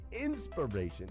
inspiration